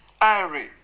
Irie